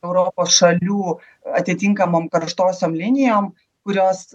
europos šalių atitinkamom karštosiom linijom kurios